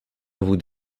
would